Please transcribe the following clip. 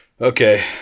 Okay